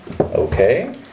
Okay